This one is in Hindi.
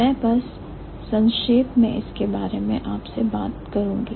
मैं बस संक्षेप में इसके बारे में आपसे बात करूंगी